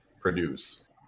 produce